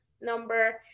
number